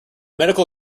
medical